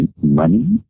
money